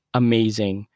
amazing